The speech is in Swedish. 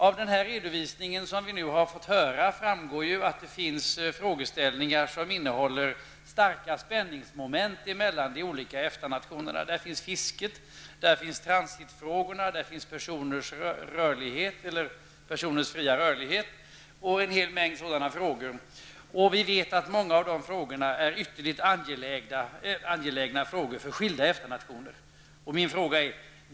Av den redovisning som vi nu har fått höra framgår frågeställningar som innehåller starka spänningsmoment mellan de olika EFTA-nationerna. Där finns fisket, transitfrågorna, personers fria rörlighet och en hel mängd andra sådana frågor. Vi vet att många av de frågorna är ytterligt angelägna frågor för skilda EFTA-nationer.